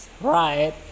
right